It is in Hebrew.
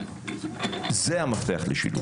זה המפתח לשילוב.